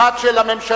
אחת של הממשלה,